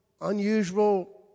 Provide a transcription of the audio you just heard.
unusual